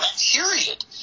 period